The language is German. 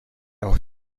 auch